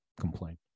complain